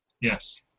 Yes